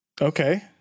Okay